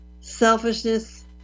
Selfishness